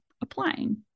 applying